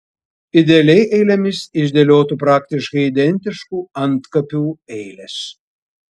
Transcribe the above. idealiai eilėmis išdėliotų praktiškai identiškų antkapių eilės